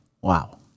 Wow